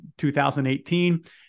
2018